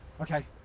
Okay